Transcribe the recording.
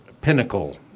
pinnacle